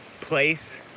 place